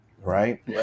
Right